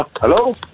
Hello